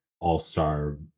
all-star